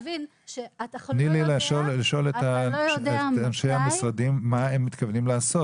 תני לי לשאול את אנשי המשרדים מה הם מתכוונים לעשות.